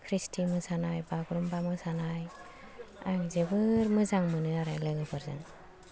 खृिष्टि मोसानाय बागुरुमबा मोसानाय आं जोबोर मोजां मोनो आरो लोगोफोरजों